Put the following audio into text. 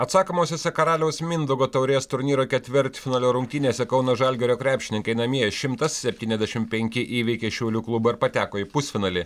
atsakomosiose karaliaus mindaugo taurės turnyro ketvirtfinalio rungtynėse kauno žalgirio krepšininkai namie šimtas septyniasdešim penki įveikė šiaulių klubą ir pateko į pusfinalį